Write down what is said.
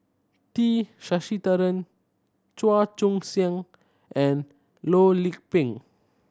T Sasitharan Chua Joon Siang and Loh Lik Peng